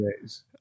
days